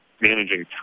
managing